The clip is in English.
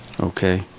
okay